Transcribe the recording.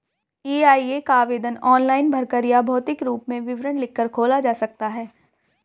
EIA का आवेदन online भरकर या भौतिक रूप में विवरण लिखकर खोला जा सकता है